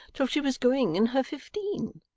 till she was going in her fifteen.